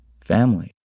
family